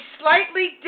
slightly